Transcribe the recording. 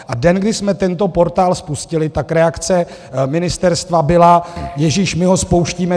A den, kdy jsme tento portál spustili, tak reakce ministerstva byla ježíš my ho spouštíme.